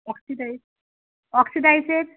oxidise অক্সিডাইসের